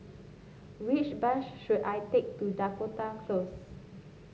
which bus should I take to Dakota Close